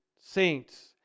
saints